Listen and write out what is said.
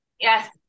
Yes